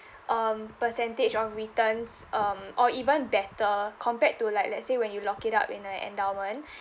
um percentage of returns um or even better compared to like let's say when you lock it up in a endowment